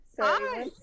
Hi